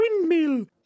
windmill